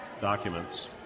documents